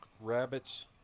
rabbits